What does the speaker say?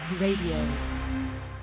radio